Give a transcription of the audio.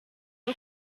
rwo